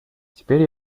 теперь